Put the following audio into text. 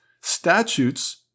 statutes